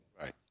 Right